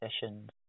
sessions